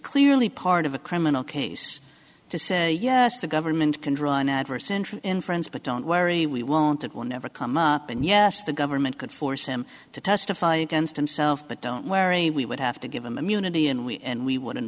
clearly part of a criminal case to say yes the government can draw an adverse interim inference but don't worry we won't it will never come up and yes the government could force him to testify against himself but don't worry we would have to give him immunity and we and we wouldn't